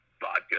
vodka